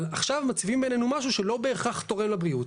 אבל עכשיו מציבים בפנינו משהו שהוא לא בהכרח תורם לבריאות.